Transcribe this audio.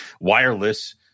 wireless